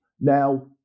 Now